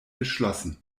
geschlossen